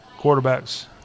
quarterbacks